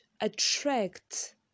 attract